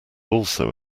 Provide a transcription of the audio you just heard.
also